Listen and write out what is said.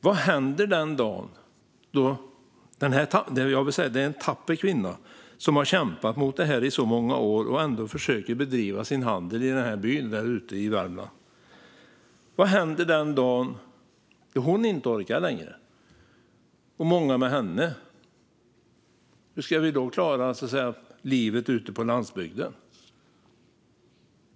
Det här är en tapper kvinna som har kämpat emot i många år och som försöker att bedriva sin verksamhet i den här byn i Värmland. Vad händer den dag hon och många med henne inte orkar längre? Hur ska vi då klara livet ute på landsbygden?